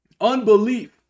Unbelief